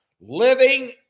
Living